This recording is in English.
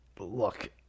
Look